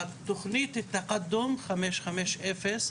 בתוכנית 5550,